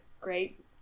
great